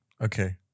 okay